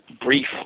brief